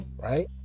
Right